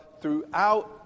throughout